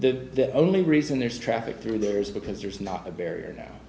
the only reason there's traffic through there is because there's not a barrier